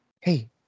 Hey